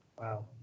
Wow